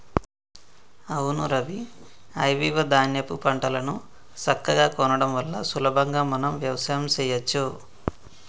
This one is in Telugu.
అవును రవి ఐవివ ధాన్యాపు పంటలను సక్కగా కొనడం వల్ల సులభంగా మనం వ్యవసాయం సెయ్యచ్చు